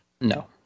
No